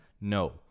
No